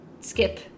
skip